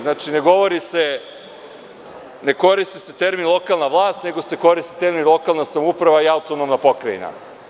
Znači, ne govori se, ne koristi se termin „lokalna vlast“, nego se koristi termin „lokalna samouprava“ i „autonomna pokrajina“